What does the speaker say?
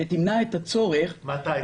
שתמנע את הצורך -- מתי?